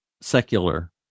secular